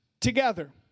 together